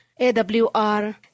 AWR